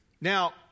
now